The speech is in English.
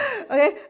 Okay